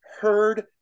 heard